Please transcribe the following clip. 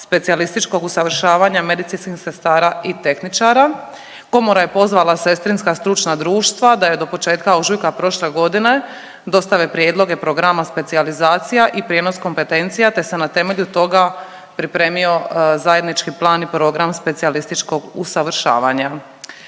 specijalističkog usavršavanja medicinskih sestara i tehničara. Komora je pozvala sestrinska stručna društva da joj do početka ožujka prošle godine dostave prijedloge programa specijalizacija i prijenos kompetencija, te se na temelju toga pripremio zajednički plan i program specijalističkog usavršavanja.